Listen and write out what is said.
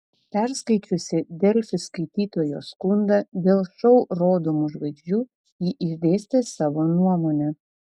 perskaičiusi delfi skaitytojo skundą dėl šou rodomų žvaigždžių ji išdėstė savo nuomonę